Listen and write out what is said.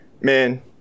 man